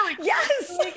Yes